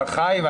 אבל חיים,